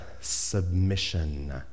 submission